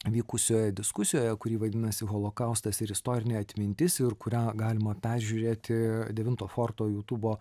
vykusioje diskusijoje kuri vadinasi holokaustas ir istorinė atmintis ir kurią galima peržiūrėti devinto forto jutubo